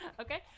okay